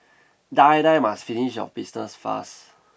die die must finish your business fast